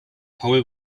paul